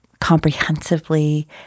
comprehensively